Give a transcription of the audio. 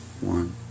one